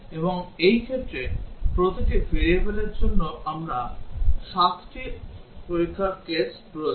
এবং এই ক্ষেত্রে প্রতিটি variableর জন্য আমাদের সাতটি পরীক্ষার কেস প্রয়োজন